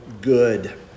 good